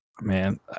Man